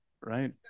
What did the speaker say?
right